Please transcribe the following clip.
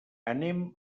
anem